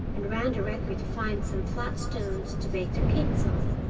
and ran directly to find some flat stones to bake their cakes on,